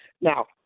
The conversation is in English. Now